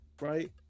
right